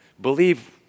Believe